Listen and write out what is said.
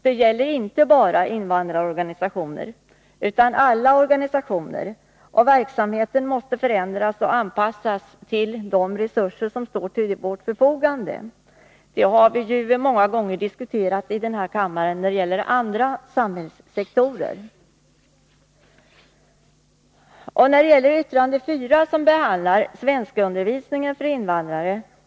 Det gäller inte bara invandrarorganisationer utan alla organisationer. Verksamheten måste förändras och anpassas till de resurser som står till vårt förfogande. Detta har vi ju många gånger diskuterat i denna kammare när det gäller andra samhällssektorer. Det särskilda yttrandet nr 4 behandlar svenskundervisningen för invandrare.